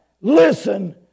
listen